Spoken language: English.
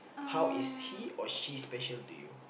how is he or she special to you